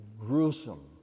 gruesome